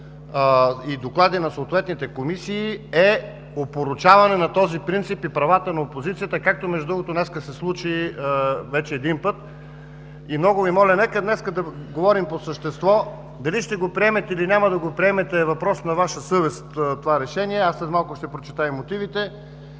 и доклади на съответните комисии е опорочаване на този принцип и правата на опозицията, както, между другото, днес се случи вече един път. Много Ви моля – нека днес да говорим по същество. Дали ще приемете това решение или не е въпрос на Ваша съвест, аз след малко ще прочета и мотивите,